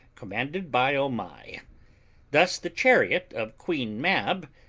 commanded by omai. thus the chariot of queen mab,